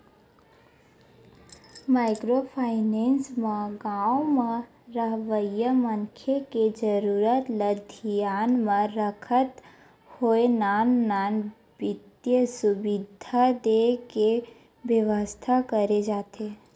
micro finance म गाँव म रहवइया मनखे के जरुरत ल धियान म रखत होय नान नान बित्तीय सुबिधा देय के बेवस्था करे जाथे